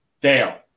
Dale